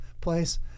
place